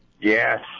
Yes